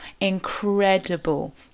incredible